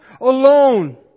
alone